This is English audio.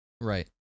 Right